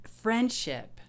friendship